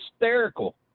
hysterical